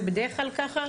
זה בדרך כלל ככה?